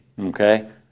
okay